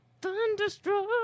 Thunderstruck